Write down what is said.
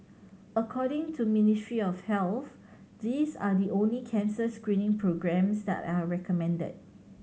according to Ministry of Health these are the only cancer screening programmes that are recommended